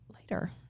later